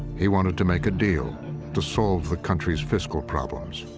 he wanted to make a deal to solve the country's fiscal problems.